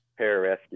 pararescue